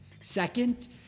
Second